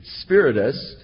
spiritist